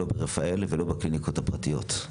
לא ברפאל ולא בקליניקות הפרטיות.